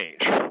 change